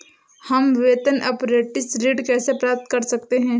हम वेतन अपरेंटिस ऋण कैसे प्राप्त कर सकते हैं?